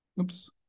oops